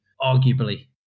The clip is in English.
arguably